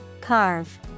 Carve